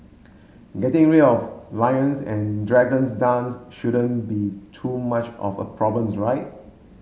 getting rid of lions and dragons dance shouldn't be too much of a problems right